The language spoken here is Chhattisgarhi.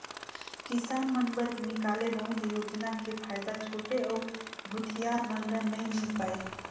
किसान मन बर निकाले बहुत योजना के फायदा छोटे अउ भूथियार मन ल नइ मिल पाये